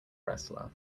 wrestler